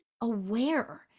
aware